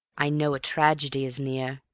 i know a tragedy is near.